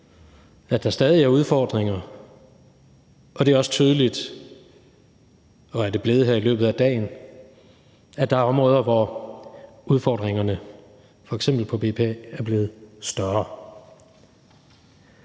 at der stadig er udfordringer, og det er også blevet tydeligt her i løbet af dagen, at der er områder, hvor udfordringerne, f.eks. på BPA, er blevet større.